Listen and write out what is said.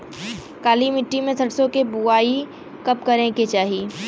काली मिट्टी में सरसों के बुआई कब करे के चाही?